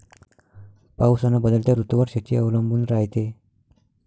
पाऊस अन बदलत्या ऋतूवर शेती अवलंबून रायते